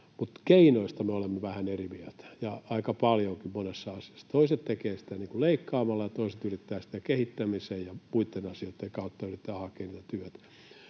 mutta keinoista me olemme vähän eri mieltä, ja aika paljonkin monessa asiassa: toiset tekevät sitä leikkaamalla, ja toiset yrittävät sitten kehittämisen ja muitten asioitten kautta hakea sitä työtä.